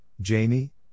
Jamie